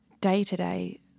day-to-day